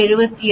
9